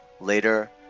Later